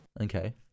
Okay